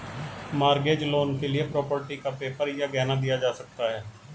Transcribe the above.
mortgage loan के लिए property का पेपर या गहना दिया जा सकता है